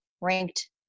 ranked